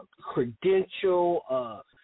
credential